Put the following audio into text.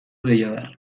deiadar